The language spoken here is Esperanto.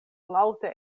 laŭte